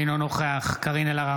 אינו נוכח קארין אלהרר,